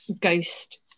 ghost